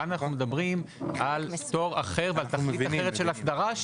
כאן אנחנו מדברים על פטור אחר ועל תכלית אחרת של אסדרה,